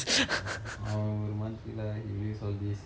ya அவன் ஒரு மாதிர:avan oru mathiri lah he will use all this